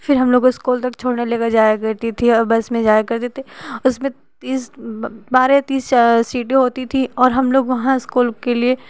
फिर हम लोग को स्कूल तक छोड़ने ले कर जाया करती थी और बस में जाया करती थी उसमें तीस बारह या तीस सीटें होती थी हम लोग वहाँ स्कूल के लिए